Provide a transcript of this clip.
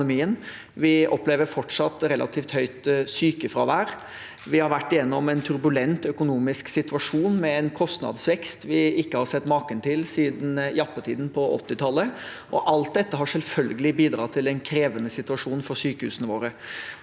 Vi opplever fortsatt relativt høyt sykefravær. Vi har vært gjennom en turbulent økonomisk situasjon med en kostnadsvekst vi ikke har sett maken til siden jappetiden på 1980-tallet. Alt dette har selvfølgelig bidratt til en krevende situasjon for sykehusene våre.